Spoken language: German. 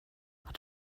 hat